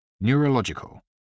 neurological